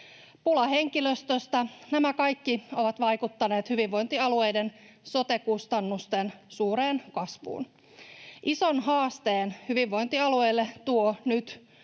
pula henkilöstöstä — nämä kaikki ovat vaikuttaneet hyvinvointialueiden sote-kustannusten suureen kasvuun. Ison haasteen hyvinvointialueille tuo nyt